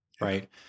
right